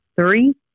Three